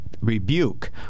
rebuke